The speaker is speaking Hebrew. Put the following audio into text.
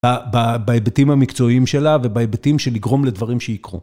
בהיבטים המקצועיים שלה ובהיבטים של לגרום לדברים שיקרו.